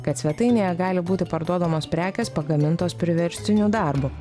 kad svetainėje gali būti parduodamos prekės pagamintos priverstiniu darbu